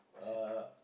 uh